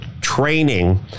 training